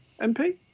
MP